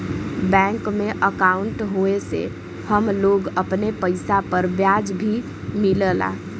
bank में अंकाउट होये से हम लोग अपने पइसा पर ब्याज भी मिलला